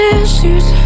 issues